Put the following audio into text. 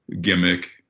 gimmick